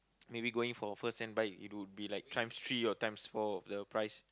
maybe going for firsthand bike it would be like times three or times four of the price